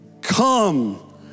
come